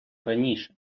раніше